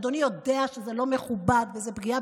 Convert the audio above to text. ואדוני יודע שזה לא מכובד וזו פגיעה